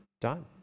Done